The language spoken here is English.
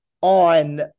on